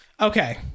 Okay